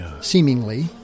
seemingly